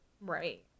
Right